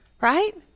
right